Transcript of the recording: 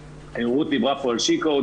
רות דיברה פה על she coeds,